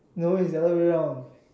no it's the other way round